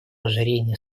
ожирения